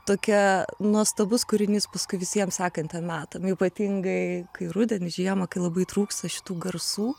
tokia nuostabus kūrinys paskui visiem sekantiem metam ypatingai kai rudenį žiemą kai labai trūksta šitų garsų